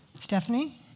Stephanie